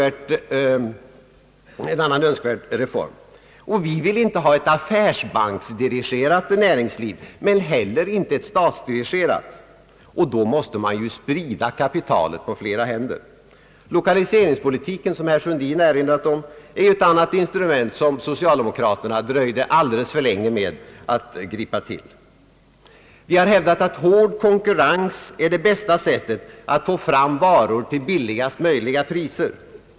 Vi vill inte ha ett affärsbanksdirigerat näringsliv, men vi vill heller inte ha ett statsdirigerat, och då måste man ju sprida kapitalet på flera händer. Lokaliseringspolitiken, som herr Sundin erinrat om, är ett annat instrument som socialdemokraterna dröjt alldeles för länge med att tillgripa. Vi har hävdat att hård konkurrens är det bästa sättet att få fram bra varor till lägsta möjliga priser.